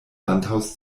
landhaus